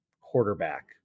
quarterback